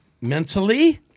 Mentally